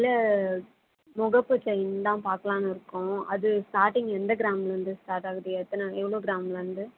இல்லை முகப்பு செயின் தான் பார்க்கலான்னு இருக்கோம் அது ஸ்டார்ட்டிங் எந்த கிராமிலேருந்து ஸ்டார்ட் ஆகுது எத்தன எவ்வளோ கிராமிலேருந்து